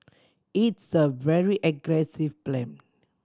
it's a very aggressive plan